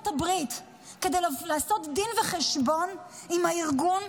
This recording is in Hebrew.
הברית כדי לעשות דין וחשבון עם הארגון,